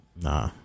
Nah